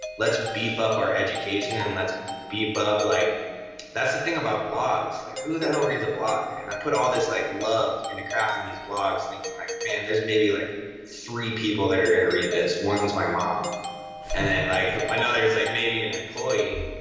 let's but beef up our education and let's be above. like that's the thing about blogs, like who the hell reads a blog, man? and i put all this like love into crafting these blogs thinking like man, there's maybe like three people that are gonna read this. one's my mom and like then another is like maybe an employee.